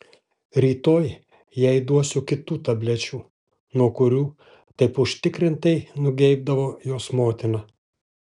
rytoj jai duosiu kitų tablečių nuo kurių taip užtikrintai nugeibdavo jos motina